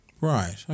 Right